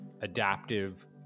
adaptive